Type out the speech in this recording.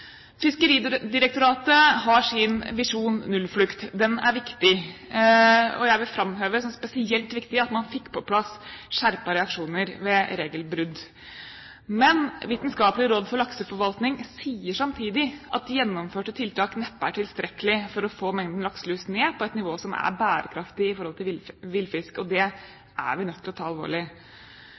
Fiskeridirektoratet har sin Visjon nullflukt. Den er viktig. Jeg vil framheve som spesielt viktig at man fikk på plass skjerpede reaksjoner ved regelbrudd. Men Vitenskapelig råd for lakseforvaltning sier samtidig at gjennomførte tiltak neppe er tilstrekkelige for å få mengden lakselus ned på et nivå som er bærekraftig i forhold til villfisk. Det er vi nødt til å ta alvorlig.